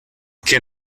que